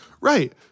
Right